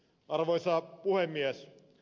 arvoisa puhemies